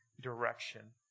direction